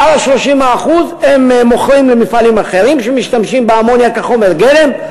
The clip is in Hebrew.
את שאר ה-30% הם מוכרים למפעלים אחרים שמשתמשים באמוניה כחומר גלם.